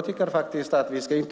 Prata inte